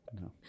No